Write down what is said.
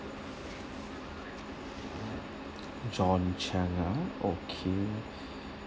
john chang ah okay